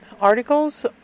articles